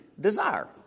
desire